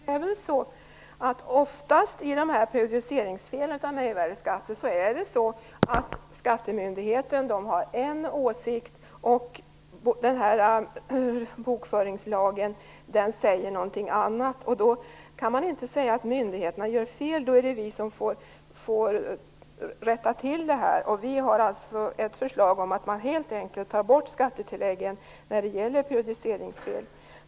Herr talman! Oftast när det gäller fel i samband med periodisering av mervärdesskatt är det väl så att skattemyndigheten har en åsikt och bokföringslagen säger någonting annat. Då kan man inte säga att myndigheterna gör fel, utan vi får rätta till saken. Vi har från Folkpartiet ett förslag om att man helt enkelt tar bort skattetilläggen när det gäller periodiseringsfel.